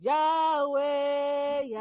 Yahweh